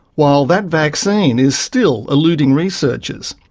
while that vaccine is still eluding researchers,